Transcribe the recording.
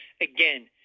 again